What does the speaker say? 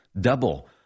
double